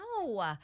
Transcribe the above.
No